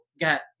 got